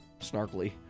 snarkly